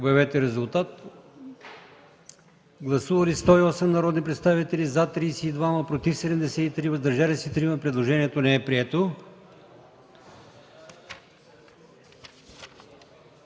от комисията. Гласували 108 народни представители: за 32, против 73, въздържали се 3. Предложението не е прието.